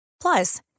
Plus